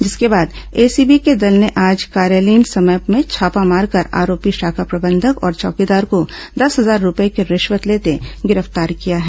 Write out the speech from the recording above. जिसके बाद एसीबी के दल ने आज कार्यालयीन समय में छापा मारकर आरोपी शाखा प्रबंधक और चौकीदार को दस हजार रूपये की रिश्वत लेते गिरफ्तार किया है